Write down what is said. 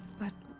but.